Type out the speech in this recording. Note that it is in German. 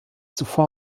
zuvor